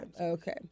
Okay